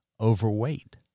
overweight